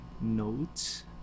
notes